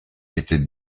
était